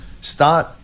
start